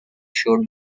showed